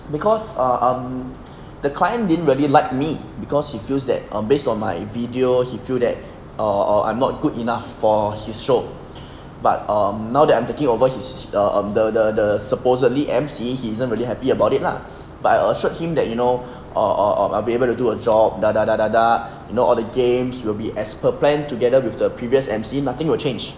because err um the client didn't really like me because he feels that um based on my video he feel that uh err I'm not good enough for his show but um now that I'm taking over his err um the the the the supposedly M_C he isn't really happy about it lah but I assured him that you know err err err I'll be able to do a job da da da da da you know all the games will be as per planned together with the previous M_C nothing will change